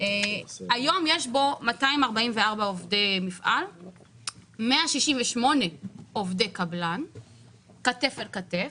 היום יש בו 244 עובדי מפעל ו-168 עובדי קבלן כתף אל כתף,